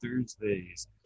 Thursdays